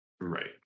Right